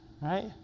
right